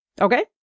Okay